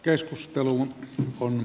keskusteluun on